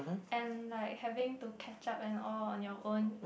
and like having to catch up and all on your own